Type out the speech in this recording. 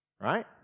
Right